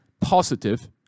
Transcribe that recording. positive